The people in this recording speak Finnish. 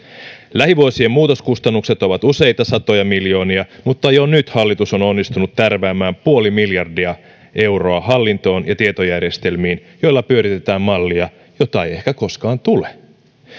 lähivuosien muutoskustannukset ovat useita satoja miljoonia mutta jo nyt hallitus on onnistunut tärväämään puoli miljardia euroa hallintoon ja tietojärjestelmiin joilla pyöritetään mallia jota ei ehkä koskaan tule